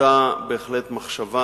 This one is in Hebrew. היתה בהחלט מחשבה,